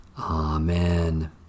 Amen